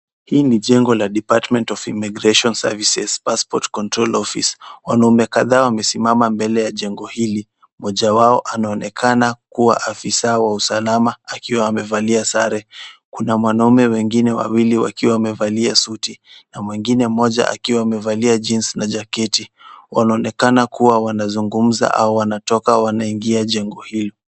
Hili ni jengo la Department of Immigration Services, Passport Control Office . Wanaume kadhaa wamesimama mbele ya jengo hili, moja wao anaonekana kuwa afisa wa usalama akiwa amevalia sare, kuna wanaume wengine wawili wakiwa wamevalia suti na mwingine mmoja akiwa amevalia jeans na [csjaketi , wanaonekana kuwa wanazungumza au wanatoka wanaingia jengo hilo.